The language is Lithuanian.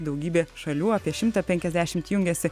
daugybė šalių apie šimtą penkiasdešimt jungiasi